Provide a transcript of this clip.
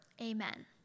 Amen